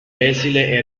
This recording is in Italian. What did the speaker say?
esile